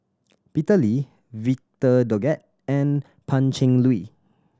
Peter Lee Victor Doggett and Pan Cheng Lui